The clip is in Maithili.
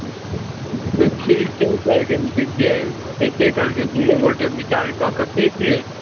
ठीक छै जे तऽ जे कहलकै जे हेतै कहलकै दूनू गोटे विचार कऽ के बेच लेब